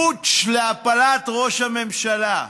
פוטש להפלת ראש הממשלה,